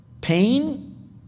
Pain